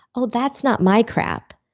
oh that's not my crap,